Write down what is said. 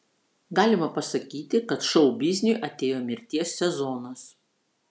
galima pasakyti kad šou bizniui atėjo mirties sezonas